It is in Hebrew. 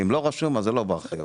אם לא רשום זה לא בר חיוב.